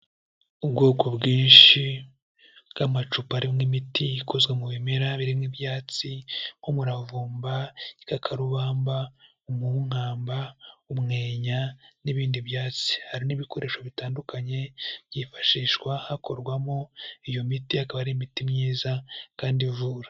Ubwoko bwinshi bw'amacupa arimo imiti ikozwe mu bimera, birimo ibyatsi nk'umuravumba, igikakarubamba, umunkamba, umwenya n'ibindi byatsi. Hari n'ibikoresho bitandukanye byifashishwa hakorwamo iyo miti akaba ari imiti myiza kandi ivura.